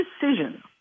decision